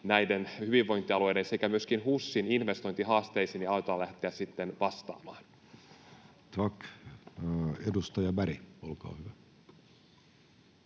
näiden hyvinvointialueiden sekä myöskin HUSin investointihaasteisiin aletaan lähteä vastaamaan? Tack. — Edustaja Berg, olkaa hyvä.